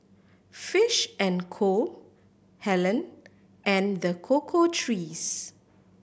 Fish and Co Helen and The Cocoa Trees